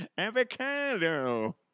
Avocado